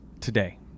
today